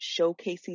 showcasing